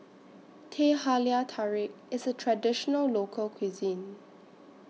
Teh Halia Tarik IS A Traditional Local Cuisine